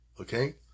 Okay